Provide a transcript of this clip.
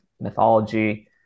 mythology